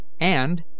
and